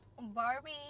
barbie